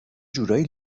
جورایی